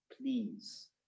please